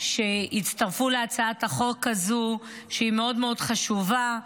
שהצטרפו להצעת החוק הזו, שהיא מאוד מאוד חשובה.